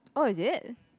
oh is it